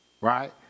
right